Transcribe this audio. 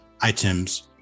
items